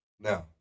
now